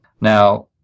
Now